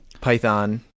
Python